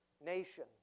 nation